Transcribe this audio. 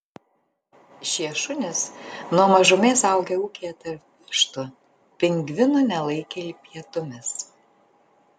šie šunys nuo mažumės augę ūkyje tarp vištų pingvinų nelaikė pietumis